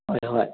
ꯍꯣꯏ ꯍꯣꯏ